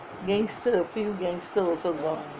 gangster a few gangster also got